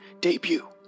debut